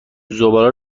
زباله